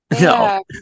No